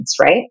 right